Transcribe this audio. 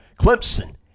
Clemson